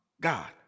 God